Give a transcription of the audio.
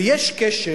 ויש קשר,